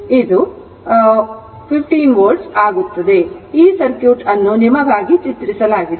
ಆದ್ದರಿಂದ ಈ ಸರ್ಕ್ಯೂಟ್ ಅನ್ನು ನಿಮಗಾಗಿ ಚಿತ್ರಿಸಲಾಗಿದೆ